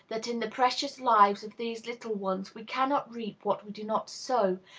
that in the precious lives of these little ones we cannot reap what we do not sow,